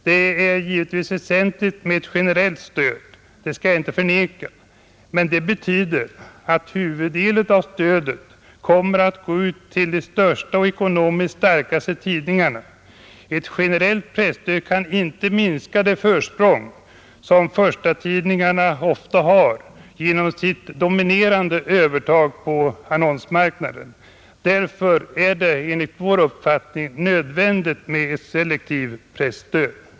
Det är givetvis väsentligt med ett generellt stöd — detta skall jag inte förneka — men det betyder att huvuddelen av stödet kommer att gå till de största och ekonomiskt starkaste tidningarna. Ett generellt presstöd kan inte minska det försprång som förstatidningarna ofta har genom sitt dominerande övertag på annonsmarknaden,. Därför är det enligt vår uppfattning också nödvändigt med ett selektivt presstöd.